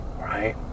Right